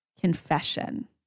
Confession